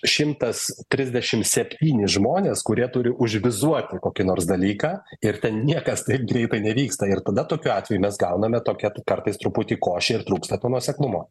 šimtas trisdešim septyni žmonės kurie turi užvizuoti kokį nors dalyką ir ten niekas taip greitai nevyksta ir tada tokiu atveju mes gauname tokią kartais truputį košę ir trūksta to nuoseklumo